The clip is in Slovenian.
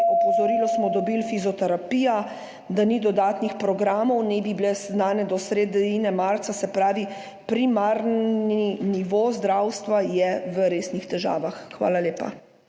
opozorilo, fizioterapija, da ni dodatnih programov, naj bi bili znani do sredine marca. Se pravi, primarni nivo zdravstva je v resnih težavah. Hvala lepa.